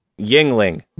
Yingling